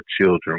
children